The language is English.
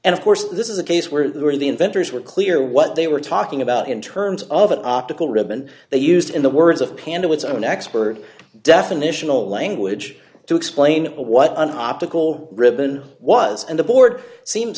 and of course this is a case where the early inventors were clear what they were talking about in terms of an optical ribbon they used in the words of panda what's an expert definitional language to explain what an optical ribbon was and the board seems